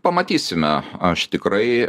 pamatysime aš tikrai